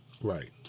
Right